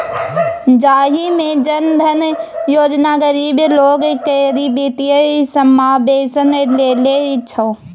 जाहि मे जन धन योजना गरीब लोक केर बित्तीय समाबेशन लेल छै